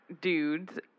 dudes